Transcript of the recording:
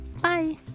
Bye